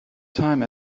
time